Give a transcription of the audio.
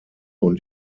und